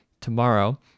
tomorrow